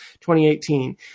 2018